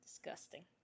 Disgusting